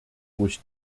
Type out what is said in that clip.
durch